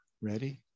ready